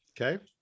okay